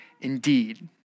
indeed